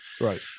Right